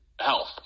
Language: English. health